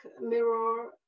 mirror